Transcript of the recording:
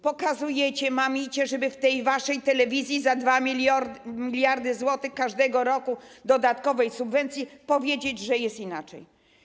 Pokazujecie, mamicie, żeby w tej waszej telewizji za 2 mld zł każdego roku dodatkowej subwencji powiedzieć, że jest inaczej.